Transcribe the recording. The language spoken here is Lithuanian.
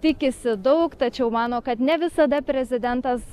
tikisi daug tačiau mano kad ne visada prezidentas